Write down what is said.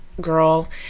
girl